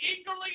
eagerly